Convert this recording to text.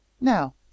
now